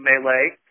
melee